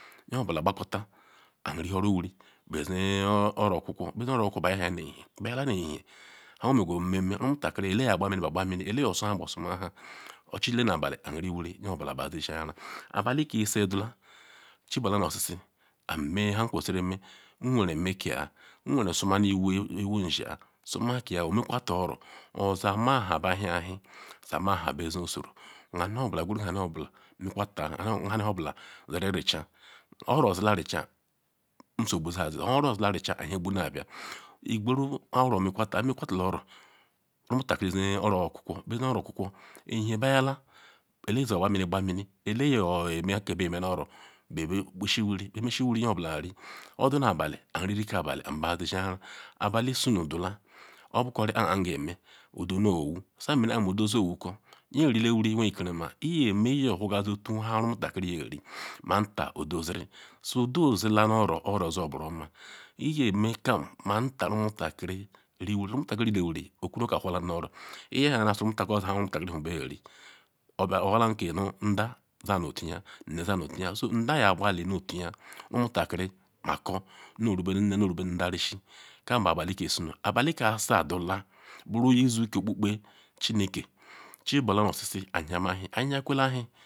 Nye bula kpancota ariwhoru bezi oro-okwukwo bezi oro okwukwo beya nu ehehen odu nu ehehen oha megu omeme nme omutakiri ele yakpa mini be kpa mimi ele yosu agbogba besu agbogba sumakpa ochile nu abali anwuri nyeobula yashenanyara. Abuke ise dula chibula nu oshishi ame nha ekweziri ome nweren meka nweren suman iwo iwonzia suma ka omekwata oro ozama ha be hiaewhi zama nu ha suozuru ma nhe nu nhe obula siri richa oro-zila richa nsoahu zaazi oro zila ricla ewhi gbu ngbu yazi iyweru oro mekwata imekwata la oro omutakiri zi oro kwukwo bezi oro-okwukwo ehiehen beyalu eleza akpa mimi be kpa nimi ele yeme kebeyeme bebegbuzi wori be meziwuri nye obula ri odu nu abali abaa yeshenanyara abali tseno dula obukonkpa kam ngeme nelo nu owo so amenehan udo zo owokor nye rile wuri weikerima iye meiye owhorgazor otun nha omutakiri so ri manta ududiri udozila-oro-oro zooburuoma iyeme kam manta omutakiri riwuri onmatakiri rile wuri oku nu oka whortuero iyahala so omutakiri owhole ke nu ndah dane tuya nne danetuya. Nda ya abali nu otuya onuta kirikor nu vubenu nda nu ru benu nne isi kam bu abalike iseno. Abalike ke asa dula buru buru uyi uzo ke okpokpe chineke chibule nu oshishi anwama-ewhi nhiakole ewhi.